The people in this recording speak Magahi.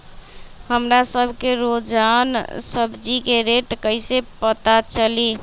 हमरा सब के रोजान सब्जी के रेट कईसे पता चली?